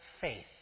faith